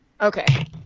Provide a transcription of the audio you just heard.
Okay